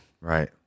Right